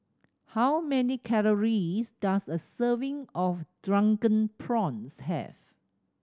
how many calories does a serving of Drunken Prawns have